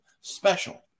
special